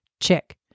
Check